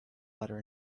butter